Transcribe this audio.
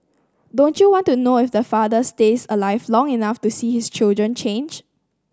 don't you want to know if the father stays alive long enough to see his children change